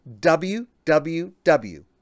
WWW